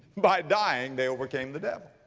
by dying they overcame the devil.